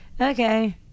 okay